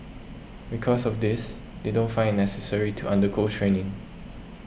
because of this they don't find it necessary to undergo training